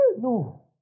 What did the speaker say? No